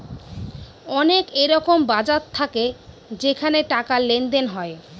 অনেক এরকম বাজার থাকে যেখানে টাকার লেনদেন হয়